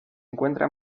encuentra